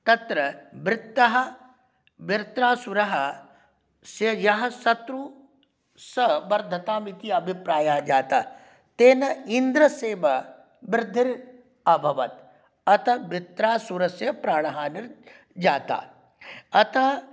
तत्र वृत्रः वृत्रासुरः स्य यः शत्रुः सः वर्धताम् इति अभिप्रायः जातः तेन इन्द्रस्यैव वृद्धिर् अभवत् अतः वृत्रासुरस्य प्राणहानिर्जाता अतः